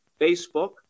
Facebook